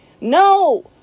No